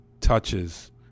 touches